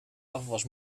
afwas